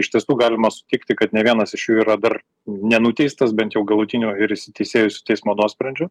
iš tiesų galima sutikti kad ne vienas iš jų yra dar nenuteistas bet jau galutiniu ir įsiteisėjusiu teismo nuosprendžiu